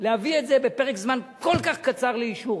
להביא את זה בפרק זמן כל כך קצר לאישור.